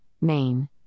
main